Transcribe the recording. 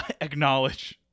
acknowledge